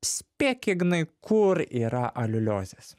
spėk ignai kur yra aliuliozės